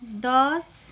दस